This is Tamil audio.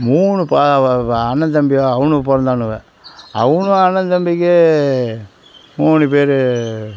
மூணு அண்ணன் தம்பி அவனுக்கு பிறந்தானுவோ அவனுவோ அண்ணன் தம்பிக்கு மூணு பேர்